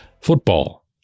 football